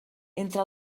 entre